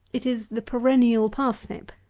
it is the perennial parsnip.